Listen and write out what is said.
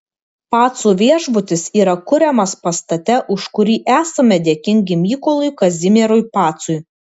pacų viešbutis yra kuriamas pastate už kurį esame dėkingi mykolui kazimierui pacui